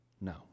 No